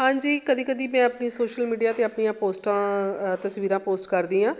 ਹਾਂਜੀ ਕਦੀ ਕਦੀ ਮੈਂ ਆਪਣੀ ਸੋਸ਼ਲ ਮੀਡੀਆ 'ਤੇ ਆਪਣੀਆਂ ਪੋਸਟਾਂ ਅ ਤਸਵੀਰਾਂ ਪੋਸਟ ਕਰਦੀ ਹਾਂ